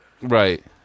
Right